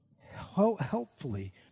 helpfully